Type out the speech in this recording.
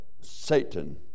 Satan